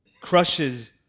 crushes